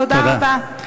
תודה רבה.